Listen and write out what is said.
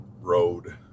road